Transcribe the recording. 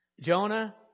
Jonah